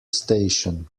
station